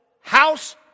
house